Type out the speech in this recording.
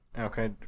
Okay